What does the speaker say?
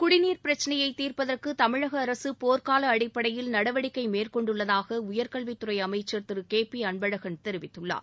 குடிநீர் பிரச்னையை தீர்ப்பதற்கு தமிழக அரசு போர்க்கால அடிப்படையில் நடவடிக்கை மேற்கொண்டுள்ளதாக உயர்கல்வித்துறை அமைச்சர் திரு கே பி அன்பழகன் தெரிவித்துள்ளார்